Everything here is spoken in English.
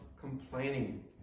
complaining